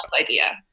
idea